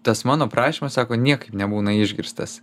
tas mano prašymas sako niekaip nebūna išgirstas